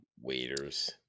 waiters